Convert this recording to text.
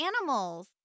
animals